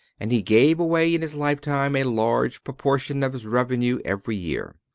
and he gave away in his lifetime a large portion of his revenue every year.